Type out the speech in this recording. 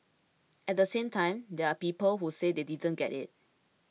at the same time there are people who say they didn't get it